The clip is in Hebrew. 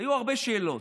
היו הרבה שאלות.